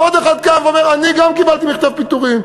ועוד אחד קם ואומר: גם אני קיבלתי מכתב פיטורין.